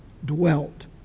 dwelt